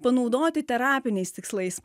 panaudoti terapiniais tikslais